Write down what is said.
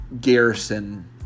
garrison